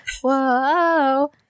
whoa